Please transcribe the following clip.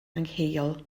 angheuol